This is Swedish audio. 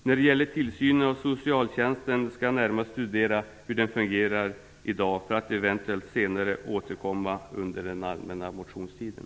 När det gäller tillsynen över socialtjänsten vill jag säga att jag närmare skall studera hur den i dag fungerar och eventuellt skall återkomma under den allmänna motionstiden.